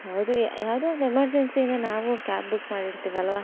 ಹೌದು ಯಾವುದೋ ಒಂದು ಎಮರ್ಜೆನ್ಸಿಯಿಂದ ನಾವು ಕ್ಯಾಬ್ ಬುಕ್ ಮಾಡಿರ್ತೀವಲ್ವಾ